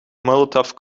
molotov